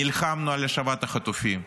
נלחמנו על השבת החטופים.